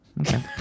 Okay